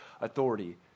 authority